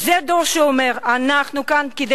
דור שיודע שמשימת הביטחון הלאומי היא חובתנו ככלל